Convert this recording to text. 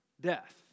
death